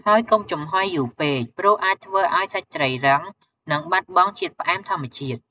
ហើយកុំចំហុយយូរពេក ព្រោះ អាចធ្វើឲ្យសាច់ត្រីរឹង និងបាត់បង់ជាតិផ្អែមធម្មជាតិ។